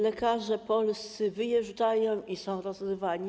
Lekarze polscy wyjeżdżają i są rozrywani.